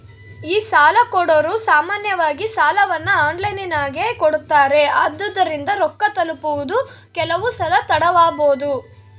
ಈ ಸಾಲಕೊಡೊರು ಸಾಮಾನ್ಯವಾಗಿ ಸಾಲವನ್ನ ಆನ್ಲೈನಿನಗೆ ಕೊಡುತ್ತಾರೆ, ಆದುದರಿಂದ ರೊಕ್ಕ ತಲುಪುವುದು ಕೆಲವುಸಲ ತಡವಾಬೊದು